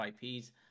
IPs